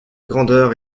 grandeur